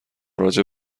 راجع